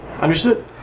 Understood